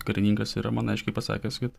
karininkas yra man aiškiai pasakęs kad